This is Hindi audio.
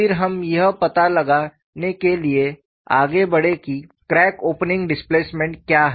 फिर हम यह पता लगाने के लिए आगे बढ़े कि क्रैक ओपनिंग डिस्प्लेसमेंट क्या है